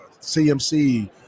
CMC